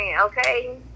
okay